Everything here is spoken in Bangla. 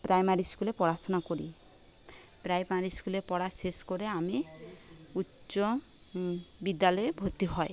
প্রাইমারি স্কুলে পড়াশোনা করি প্রাইমারি স্কুলে পড়া শেষ করে আমি উচ্চ বিদ্যালয়ে ভর্তি হয়